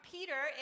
Peter